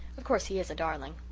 of course, he is a darling.